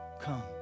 come